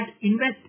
invest